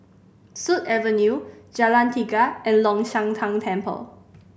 Sut Avenue Jalan Tiga and Long Shan Tang Temple